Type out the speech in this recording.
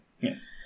Yes